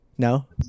No